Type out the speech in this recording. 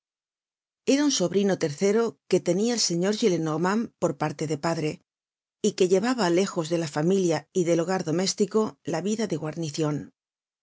era un sobrino tercero que tenia el señor gillenormand por parte de padre y que llevaba lejos de la familia y del hogar doméstico la vida de guarnicion el